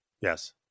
Yes